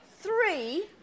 Three